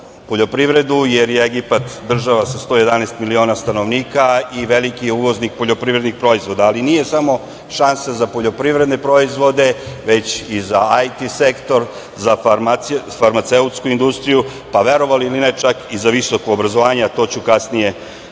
poljoprivredu jer je Egipat država sa 111 miliona stanovnika i veliki je uvoznik poljoprivrednih proizvoda, ali nije samo šansa za poljoprivredne proizvode već i za IT sektor, za farmaceutsku industriju, pa verovali ili ne, čak i za visoko obrazovanje, a to ću kasnije